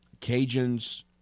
Cajuns